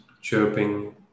chirping